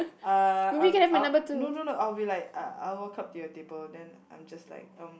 uh I I'll no no no I'll be like uh I'll walk up to your table then I'm just like um